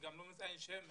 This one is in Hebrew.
אני גם לא מציין שם,